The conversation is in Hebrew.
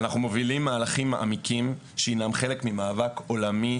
אנחנו מובילים מהלכים מעמיקים שהם החלק ממאבק עולמי